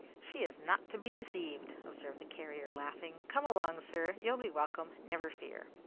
she is not to be deceived, observed the carrier, laughing. come along, sir. you'll be welcome, never fear!